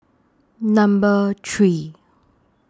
Number three